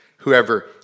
Whoever